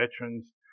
veterans